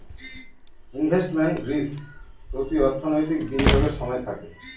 investment risk প্রতি অর্থনৈতিক বিনিয়োগের সময় থাকে